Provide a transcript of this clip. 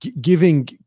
giving